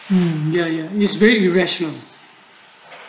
mm ya ya it's very rescue